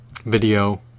video